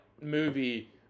movie